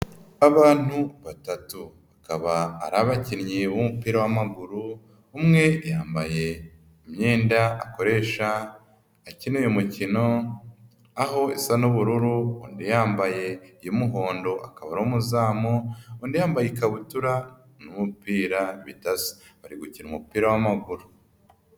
Abantu batatu, bakaba ari abakinnyi b'umupira w'amaguru. Umwe yambaye imyenda akoresha akina uyu umukino aho isa nu'ubururu, undi yambaye iy'umuhondo akaba ari umuzamu, undi yambaye ikabutura n'umupira bidasa. Bari gukina umupira w'maguru.